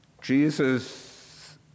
Jesus